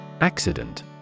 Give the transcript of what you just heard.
Accident